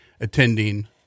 attending